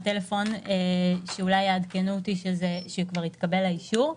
הטלפון, שאולי יעדכנו אותי שכבר התקבל האישור.